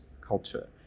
culture